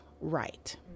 right